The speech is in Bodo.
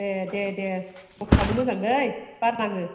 ए दे दे अट' आनो मोजांदै बार नाङो